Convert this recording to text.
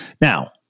Now